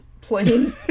plain